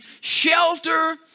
shelter